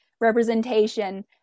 representation